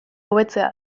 hobetzea